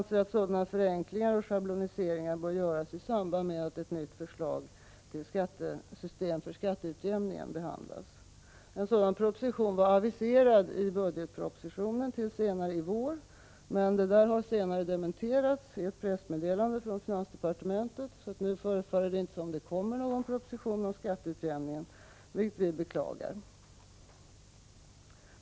Sådana förenkling ar och schabloniseringar bör göras i samband med att ett nytt förslag till system för skatteutjämning behandlas. En proposition härom var aviserad till senare i vår. Men detta har nu dementerats i ett pressmeddelande från finansdepartementet. Det förefaller som att det inte kommer någon proposition om skatteutjämning, vilket vi beklagar.